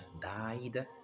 died